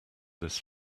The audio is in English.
this